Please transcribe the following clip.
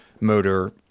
Motor